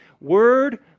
Word